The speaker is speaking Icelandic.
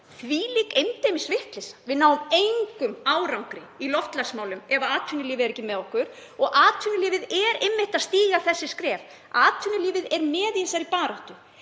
þvílík endemis vitleysa. Við náum engum árangri í loftslagsmálum ef atvinnulífið er ekki með okkur og atvinnulífið er einmitt að stíga þessi skref. Það er með í þessari baráttu.